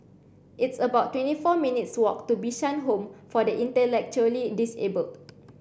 it's about twenty four minutes' walk to Bishan Home for the Intellectually Disabled